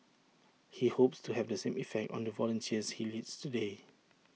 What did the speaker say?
he hopes to have the same effect on the volunteers he leads today